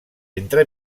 entre